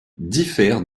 diffère